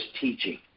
teaching